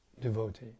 devotee